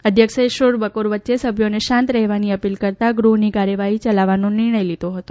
અધ્યક્ષે શોરબકોર વચ્ચે સભ્યોને શાંત રહેવાની અપીલ કરતાં ગૃહની કાર્યવાહી યલાવવાનો નિર્ણય લીધો હતો